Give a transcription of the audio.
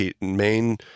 main